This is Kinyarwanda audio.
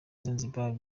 zanzibar